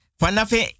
fanafe